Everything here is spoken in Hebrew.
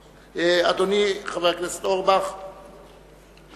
אדוני חבר הכנסת אורבך, בבקשה.